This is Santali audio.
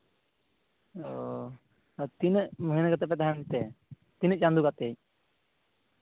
ᱚ ᱟᱨ ᱛᱤᱱᱟᱹᱜ ᱢᱟᱹᱦᱱᱟᱹ ᱠᱟᱛᱮᱫ ᱯᱮ ᱛᱟᱦᱮᱱ ᱛᱮ ᱛᱤᱱᱟᱹᱜ ᱪᱟᱸᱫᱚ ᱠᱟᱛᱮᱫ